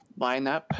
lineup